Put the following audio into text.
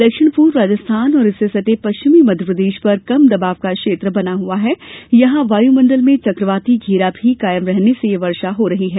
दक्षिण पूर्व राजस्थान और इससे सटे पश्चिमी मध्यप्रदेश पर कम दबाव का क्षेत्र बना हआ है तथा वायुमंडल में चक्रवाती घेरा भी कायम रहने से यह वर्षा हो रही है